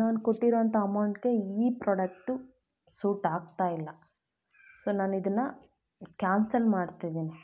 ನಾನು ಕೊಟ್ಟಿರೋಂಥ ಅಮೌಂಟ್ಗೆ ಈ ಪ್ರಾಡಕ್ಟು ಸೂಟ್ ಆಗ್ತಾ ಇಲ್ಲ ಸೊ ನಾನ್ ಇದನ್ನ ಕ್ಯಾನ್ಸಲ್ ಮಾಡ್ತಿದೀನಿ